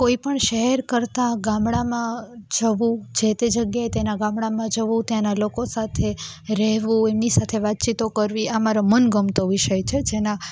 કોઈ પણ શહેર કરતાં ગામડામાં જવું જે તે જગ્યાએ તેનાં ગામડામાં જવું ત્યાં લોકો સાથે રહેવું એમની સાથે વાતચીતો કરવી આ મારો મનગમતો વિષય છે જેના